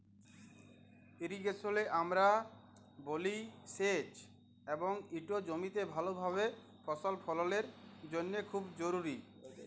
ইরিগেশলে আমরা বলি সেঁচ এবং ইট জমিতে ভালভাবে ফসল ফললের জ্যনহে খুব জরুরি